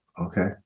okay